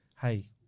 hey